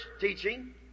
teaching